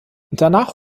danach